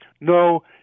No